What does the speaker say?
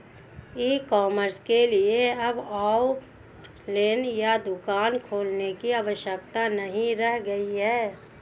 ई commerce के लिए अब आउटलेट या दुकान खोलने की आवश्यकता नहीं रह गई है